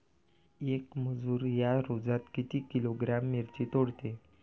येक मजूर या रोजात किती किलोग्रॅम मिरची तोडते?